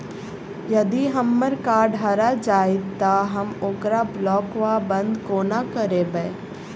यदि हम्मर कार्ड हरा जाइत तऽ हम ओकरा ब्लॉक वा बंद कोना करेबै?